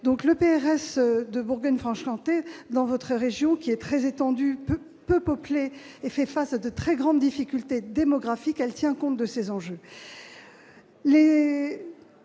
soins. Le PRS de Bourgogne-Franche-Comté, votre région, qui est très étendue, peu peuplée et qui fait face à de très grandes difficultés démographiques, tient compte de ces enjeux.